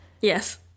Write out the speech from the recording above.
Yes